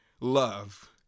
love